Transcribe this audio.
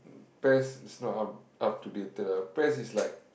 Pes is not up up to dated Pes is like